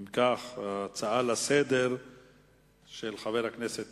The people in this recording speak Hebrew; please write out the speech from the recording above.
אם כך, ההצעה לסדר-היום של חבר הכנסת